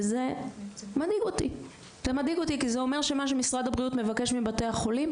וזה מדאיג אותי כי זה שמה שמשרד הבריאות מבקש מבתי החולים,